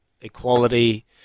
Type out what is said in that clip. equality